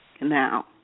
Now